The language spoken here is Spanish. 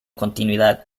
continuidad